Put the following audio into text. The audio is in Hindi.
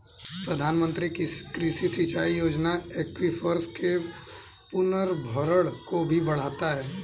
प्रधानमंत्री कृषि सिंचाई योजना एक्वीफर्स के पुनर्भरण को भी बढ़ाता है